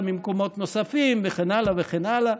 ממקומות נוספים וכן הלאה וכן הלאה.